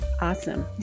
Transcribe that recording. Awesome